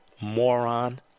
moron